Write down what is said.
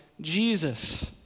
Jesus